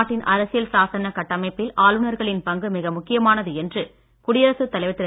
நாட்டின் அரசியல் சாசன கட்டமைப்பில் ஆளுநர்களின் பங்கு மிக முக்கியமானது என்று குடியரசுத் தலைவர் திரு